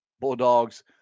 bulldogs